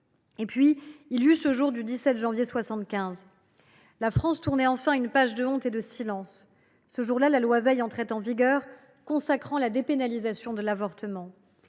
Et puis, il y eut ce jour du 17 janvier 1975. La France tournait enfin une page de honte et de silence. Ce jour là, la loi Veil entrait en vigueur, consacrant la dépénalisation de l’avortement.